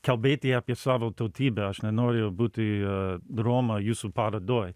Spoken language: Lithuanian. kalbėti apie savo tautybę aš nenoriu būti roma jūsų parodoj